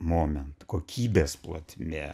moment kokybės plotmė